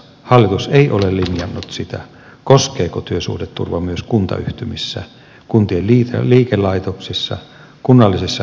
hallitus ei ole linjannut sitä koskeeko työsuhdeturva myös kuntayhtymissä kuntien liikelaitoksissa kunnallisissa osakeyhtiöissä työskenteleviä työntekijöitä